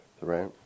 right